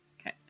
Okay